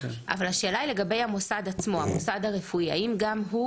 השאלה היא לגבי המוסד הרפואי עצמו: האם גם הוא